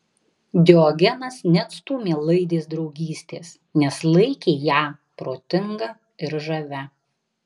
diogenas neatstūmė laidės draugystės nes laikė ją protinga ir žavia